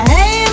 Hey